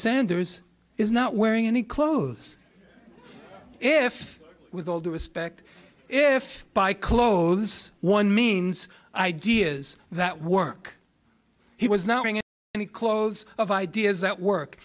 sanders is not wearing any clothes if with all due respect if by clothes one means ideas that work he was not being any clothes of ideas that work